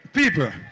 people